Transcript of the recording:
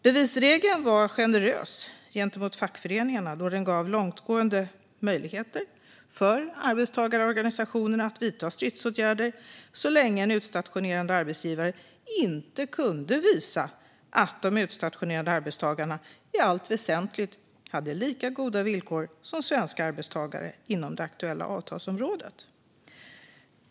Bevisregeln var generös gentemot fackföreningarna, då den gav långtgående möjligheter för arbetstagarorganisationerna att vidta stridsåtgärder så länge en utstationerande arbetsgivare inte kunde visa att de utstationerade arbetstagarna i allt väsentligt hade lika goda villkor som svenska arbetstagare inom det aktuella avtalsområdet.